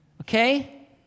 okay